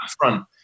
front